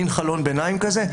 מן חלון ביניים כזה.